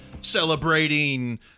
Celebrating